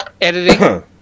Editing